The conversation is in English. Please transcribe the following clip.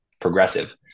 progressive